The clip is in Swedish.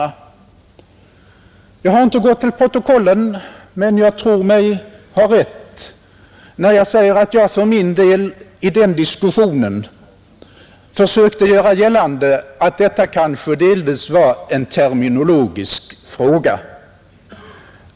Jag har inte gått till protokollen, men jag tror mig ha rätt när jag säger att jag för min del i den diskussionen försökte göra gällande att detta kanske delvis var en terminologisk fråga.